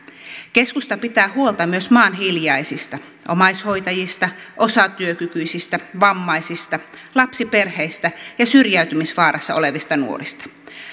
keskusta pitää huolta myös maan hiljaisista omaishoitajista osatyökykyisistä vammaisista lapsiperheistä ja syrjäytymisvaarassa olevista nuorista